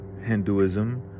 hinduism